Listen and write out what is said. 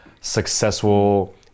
successful